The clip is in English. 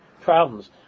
problems